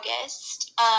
August